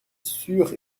sûre